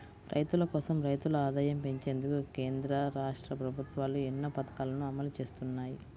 రైతుల కోసం, రైతుల ఆదాయం పెంచేందుకు కేంద్ర, రాష్ట్ర ప్రభుత్వాలు ఎన్నో పథకాలను అమలు చేస్తున్నాయి